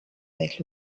avec